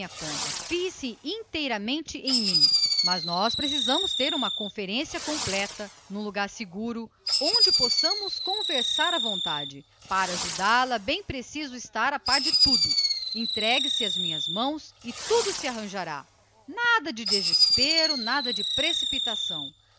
conta fie se inteiramente em mim mas precisamos ter uma conferência completa sozinhos num lugar seguro onde possamos falar à vontade para ajudá los preciso pôr-me bem a par do que há entregue se pois às minhas mãos e verá que tudo se arranja com a divina proteção de deus nada de desesperos nada de precipitações